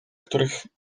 których